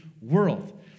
world